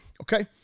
okay